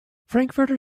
frankfurter